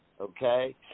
Okay